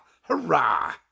hurrah